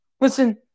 Listen